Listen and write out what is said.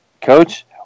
coach